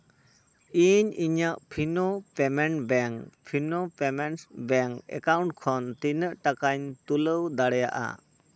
ᱤᱧ ᱤᱧᱟᱹᱜ Fino payment bank Fino payment bank account ᱠᱷᱚᱱ ᱛᱤᱱᱟᱹᱜ ᱴᱟᱠᱟᱧ ᱛᱩᱞᱟᱹᱣ ᱫᱟᱲᱮᱭᱟᱜᱼᱟ